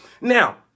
Now